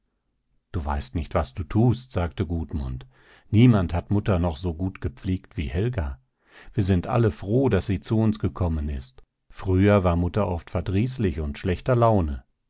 du weißt nicht was du tust sagte gudmund niemand hat mutter noch so gut gepflegt wie helga wir sind alle froh daß sie zu uns gekommen ist früher war mutter oft verdrießlich und schlechter laune